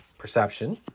Perception